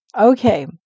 Okay